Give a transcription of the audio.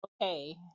okay